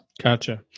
Gotcha